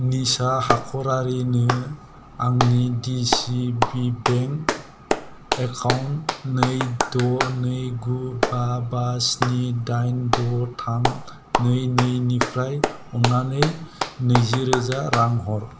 निसा हाख'रारिनो आंनि D C B bank account नै द' नै गु बा बा स्नि दाइन द' थाम नै नै निफ्राय अननानै नैजि रोजा रां हर